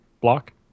block